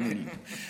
האמן לי.